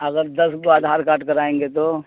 اگر دس گو آدھار کارڈ کرائیں گے تو